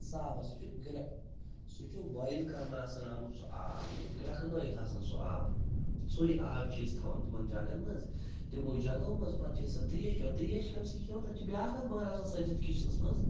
صاف آب سُہ چھُ گر سُہ چھُ بویِل کَرنہٕ آسان آمُت سُہ آب یعنی گرٛٮ۪کہٕ نٲیِتھ آسان سُہ آب سُے آب چھِ أسۍ تھاوَان تِمَن جگَن منٛز تِمو جگو منٛز پَتہٕ چھِ أس سۄ تریش چٮ۪وان تریش کَمہِ سۭتۍ چھِ چٮ۪وان تَتہِ چھِ بیٛاکھ اَکھ بانہٕ آسان سٲنِس یَتھ کِچنَس منٛز